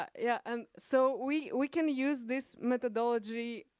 ah yeah and so, we we can use this methodology,